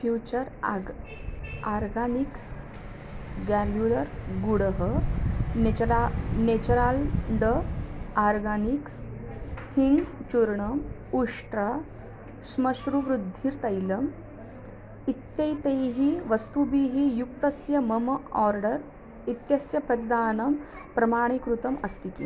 future आग् organics गल्यूयर् गुडः नेचरा नेचराल्ड आर्गानिक्स् हिङ्ग् चूर्णम् उष्ट्रं स्म वृद्धिरः तैलम् इत्येतैः वस्तुभिः युक्तस्य मम आर्डर् इत्यस्य प्रतिदानं प्रमाणीकृतम् अस्ति किं